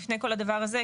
לפני כל הדבר הזה,